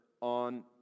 on